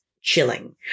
chilling